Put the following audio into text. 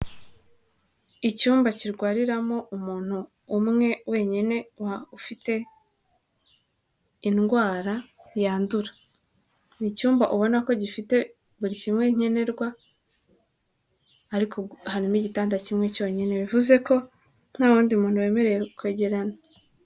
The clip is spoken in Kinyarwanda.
Icyumba kirwariramo umuntu umwe wenyine ufite indwara yandura, ni icyumba ubona ko gifite buri kimwe nkenerwa, ariko harimo igitanda kimwe cyonyine bivuze ko nta wundi muntu wemerewe kwegerana.